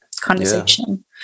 conversation